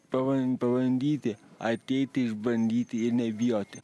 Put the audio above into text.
pavan pabandyti ateiti išbandyti ir nebijoti